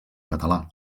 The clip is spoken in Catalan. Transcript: català